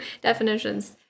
definitions